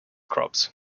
crops